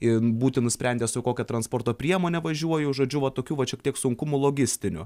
ir būti nusprendęs su kokia transporto priemone važiuoju žodžiu va tokių va čia tiek sunkumų logistinių